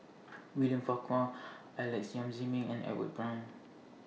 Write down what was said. William Farquhar Alex Yam Ziming and Edwin Brown